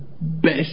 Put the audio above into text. best